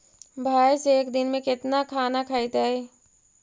भैंस एक दिन में केतना खाना खैतई?